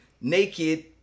naked